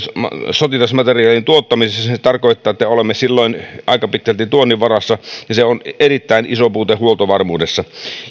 sotilasmateriaalin tuottamisessa se tarkoittaa että olemme silloin aika pitkälti tuonnin varassa ja se on erittäin iso puute huoltovarmuudessa